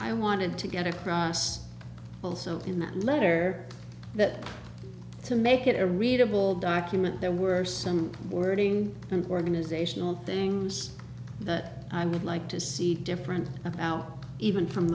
i wanted to get across also in that letter that to make it a readable document there were some wording and organisational things that i would like to see different about even from